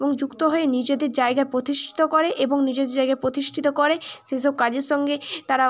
এবং যুক্ত হয়ে নিজেদের জায়গায় প্রতিষ্ঠিত করে এবং নিজের জায়গায় প্রতিষ্ঠিত করে সেসব কাজের সঙ্গে তারা